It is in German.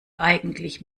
eigentlich